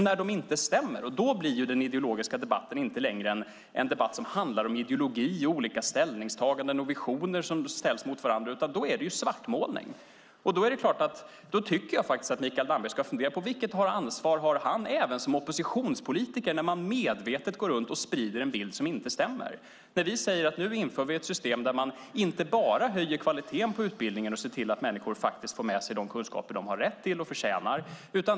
När de inte stämmer handlar debatten inte längre om ideologi, olika ställningstaganden och visioner som ställs mot varandra, utan då är det svartmålning. Jag tycker att Mikael Damberg ska fundera över vilket ansvar han har som oppositionspolitiker när han medvetet går runt och sprider en bild som inte stämmer. Vi säger att vi ska införa ett system där inte bara kvaliteten i utbildningen höjs utan också ser till att människor får med sig de kunskaper de har rätt till och förtjänar.